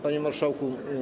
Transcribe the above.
Panie Marszałku!